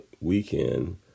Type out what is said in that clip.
weekend